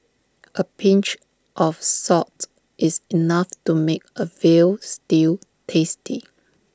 A pinch of salt is enough to make A Veal Stew tasty